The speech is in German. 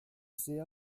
sehr